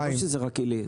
זה לא שזה רק עילי.